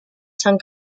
sang